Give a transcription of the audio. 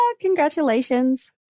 congratulations